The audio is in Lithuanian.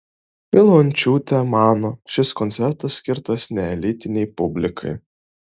milončiūtė mano šis koncertas skirtas neelitinei publikai